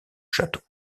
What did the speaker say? château